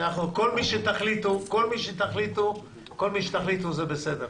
כל מי שתחליטו זה בסדר.